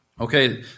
Okay